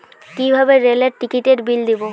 কিভাবে রেলের টিকিটের বিল দেবো?